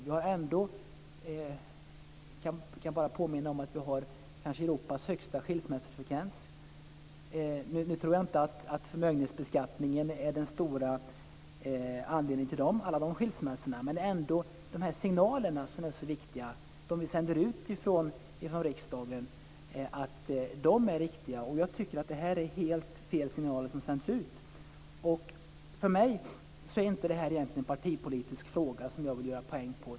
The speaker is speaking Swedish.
Jag kan bara påminna om att vi har kanske Europas högsta skilsmässofrekvens. Nu tror jag inte att förmögenhetsbeskattningen är den stora anledningen till alla dessa skilsmässor. Men det är ändå viktigt att de signaler som vi sänder ut från riksdagen är riktiga. Jag tycker att detta är helt fel signaler som sänds ut. För mig är detta egentligen inte en partipolitisk fråga som jag vill ta poäng på.